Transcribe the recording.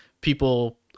people